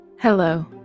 Hello